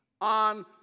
on